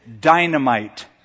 dynamite